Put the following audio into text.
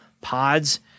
pods